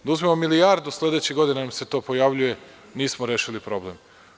Da uzmemo milijardu, sledeće godine nam se to pojavljuje i nismo rešili problem.